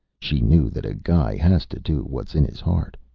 she knew that a guy has to do what's in his heart.